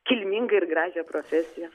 kilmingą ir gražią profesiją